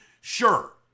sure